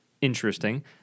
interesting